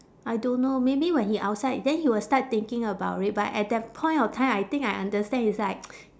I don't know maybe when he outside then he will start thinking about it but at that point of time I think I understand it's like